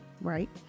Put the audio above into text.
right